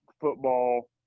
football